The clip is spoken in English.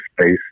space